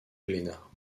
glénat